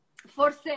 Forse